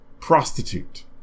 prostitute